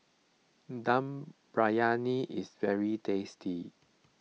Dum Briyani is very tasty